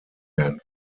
werden